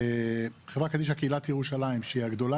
חברה קדישא קהילת ירושלים שהיא הגדולה